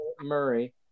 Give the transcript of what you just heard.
Murray